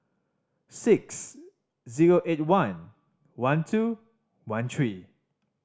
six zero eight one one two one three